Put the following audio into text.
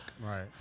Right